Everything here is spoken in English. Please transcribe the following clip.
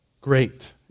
Great